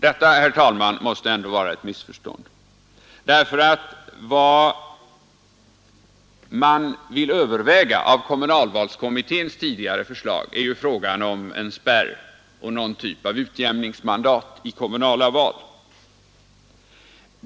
Detta, herr talman, måste ändå vara ett missförstånd, därför att vad man vill överväga av kommunalvalskom mitténs tidigare förslag är ju frågan om en spärr och någon typ av utjämningsmandat i kommunala val.